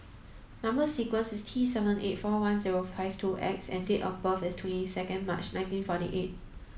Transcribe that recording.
number sequence is T seven eight four one zero five two X and date of birth is twenty second March nineteen forty eight